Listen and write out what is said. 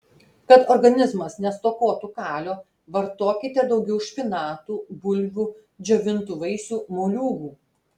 kad organizmas nestokotų kalio vartokite daugiau špinatų bulvių džiovintų vaisių moliūgų